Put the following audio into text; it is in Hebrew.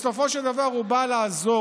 בסופו של דבר הוא בא לעזור,